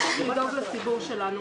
לדאוג לציבור שלנו.